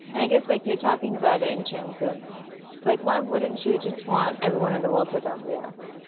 i guess like you're talking about it in terms of like why wouldn't you just want everyone in the world to adopt react?